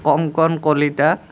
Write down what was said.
Kankan Kalita